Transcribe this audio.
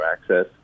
access